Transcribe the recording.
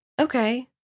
Okay